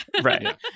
Right